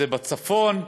זה בצפון.